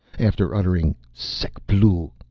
after uttering, sek ploo!